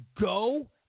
go